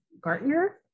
Gartner